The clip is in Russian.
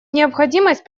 необходимость